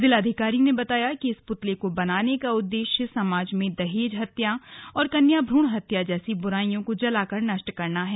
जिलाधिकारी ने बताया की इस पुतले को बनाने का उद्देश्य समाज में दहेज हत्या और कन्या भ्रण हत्या जैसी बुराइयों को जलाकर नष्ट करना है